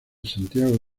santiago